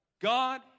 God